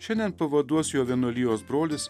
šiandien pavaduos jo vienuolijos brolis